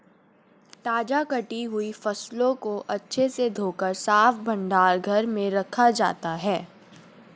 ताजा कटी हुई फसलों को अच्छे से धोकर साफ भंडार घर में रखा जाता है